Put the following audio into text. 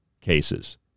cases